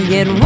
Get